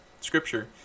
Scripture